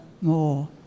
more